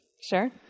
Sure